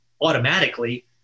automatically